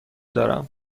دارم